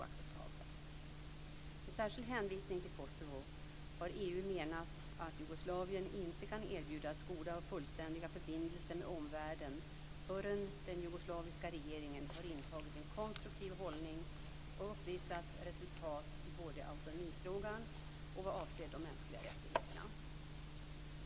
Med särskild hänvisning till Kosovo har EU menat att Jugoslavien inte kan erbjudas goda och fullständiga förbindelser med omvärlden förrän den jugoslaviska regeringen har intagit en konstruktiv hållning och uppvisat resultat både i autonomifrågan och vad avser de mänskliga rättigheterna.